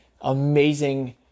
amazing